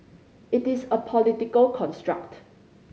it is a political construct